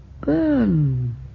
Burn